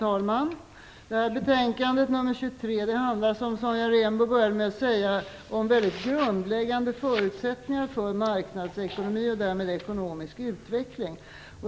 Herr talman! Betänkande FiU23 handlar, som Sonja Rembo började med att säga, om mycket grundläggande förutsättningar för marknadsekonomi och därmed ekonomisk utveckling.